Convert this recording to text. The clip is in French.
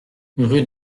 rue